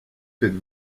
faites